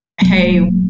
Hey